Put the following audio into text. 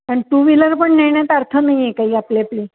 आणि two wheeler पण नेण्यात अर्थ नाही आहे काही आपलीआपली